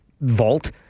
vault